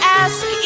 ask